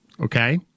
okay